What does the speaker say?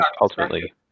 ultimately